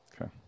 Okay